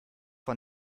vor